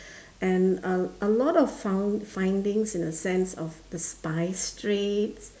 and um a lot of found findings in a sense of the spice trade